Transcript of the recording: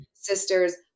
sisters